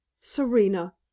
serena